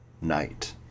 Night